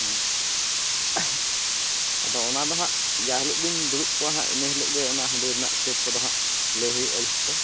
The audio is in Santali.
ᱟᱫᱚ ᱚᱱᱟ ᱫᱚ ᱦᱟᱜ ᱡᱟ ᱦᱤᱞᱳᱜ ᱜᱮᱢ ᱫᱩᱲᱩᱵ ᱠᱚᱣᱟ ᱦᱟᱜ ᱤᱱᱟᱹ ᱦᱤᱞᱳᱜ ᱜᱮ ᱚᱱᱟ ᱦᱟᱹᱰᱤ ᱨᱮᱱᱟᱜ ᱦᱤᱥᱟᱹᱵ ᱠᱚᱫᱚ ᱦᱟᱜ ᱞᱟᱹᱭ ᱦᱩᱭᱩᱜᱼᱟ ᱡᱚᱛᱚ